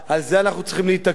על זה אנחנו צריכים להתעקש.